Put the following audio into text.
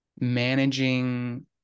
managing